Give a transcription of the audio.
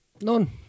None